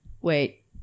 Wait